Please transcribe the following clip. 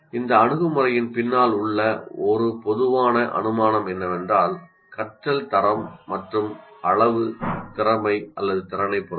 இந்த அணுகுமுறையின் பின்னால் உள்ள ஒரு பொதுவான அனுமானம் என்னவென்றால் கற்றல் தரம் மற்றும் அளவு திறமை அல்லது திறனைப் பொறுத்தது